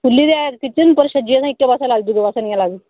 खुल्ली ते ऐ पर छज्जी असें इक्क पासै लाई दी दूऐ पासै निं ऐ लाई दी